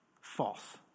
False